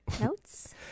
Notes